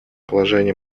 положения